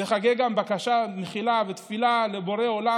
גם חגי בקשה למחילה ותפילה לבורא עולם